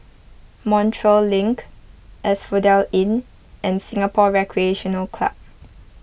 Montreal Link Asphodel Inn and Singapore Recreation Club